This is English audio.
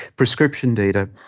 prescription data,